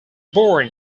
born